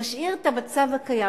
נשאיר את המצב הקיים.